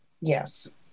Yes